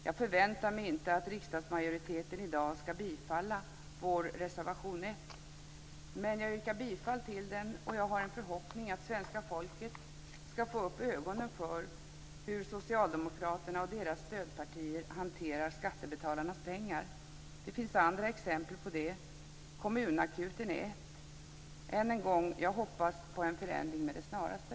Jag förväntar mig inte att riksdagsmajoriteten i dag ska bifalla vår reservation 1, men jag yrkar bifall till den, och jag har en förhoppning att svenska folket ska få upp ögonen för hur Socialdemokraterna och deras stödpartier hanterar skattebetalarnas pengar. Det finns andra exempel på det - Kommunakuten är ett. Än en gång: Jag hoppas på en förändring med det snaraste.